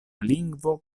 lingvo